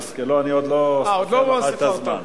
לא, אני עוד לא סופר לך את הזמן.